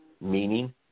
meaning